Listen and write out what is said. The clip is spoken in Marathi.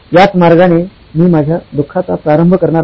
याच मार्गने मी माझ्या दुःखाचा प्रारंभ करणार आहे